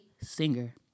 singer